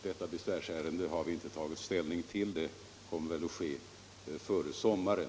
Detta besvärsärende har vi inte tagit ställning till. Det kommer att ske före sommaren.